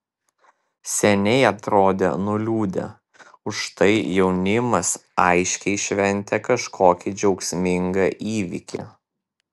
seniai atrodė nuliūdę užtai jaunimas aiškiai šventė kažkokį džiaugsmingą įvykį